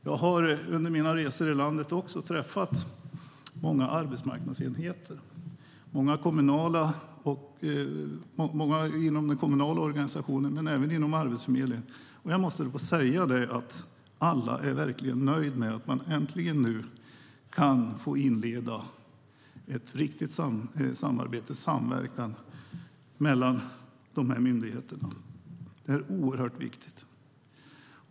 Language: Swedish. Jag har under mina resor i landet också träffat många arbetsmarknadsenheter, många inom den kommunala organisationen men även inom Arbetsförmedlingen. Jag måste få säga att alla verkligen är nöjda med att man nu äntligen kan inleda ett riktigt samarbete och en samverkan mellan de här myndigheterna. Det är oerhört viktigt.